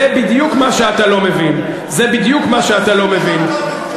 זה בדיוק מה שאתה לא מבין.